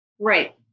Right